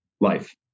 life